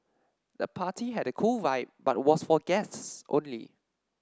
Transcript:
the party had a cool vibe but was for guests only